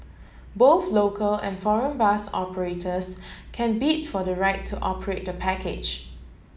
both local and foreign bus operators can bid for the right to operate the package